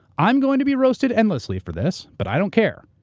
i'm gonna be roasted endlessly for this, but i don't care.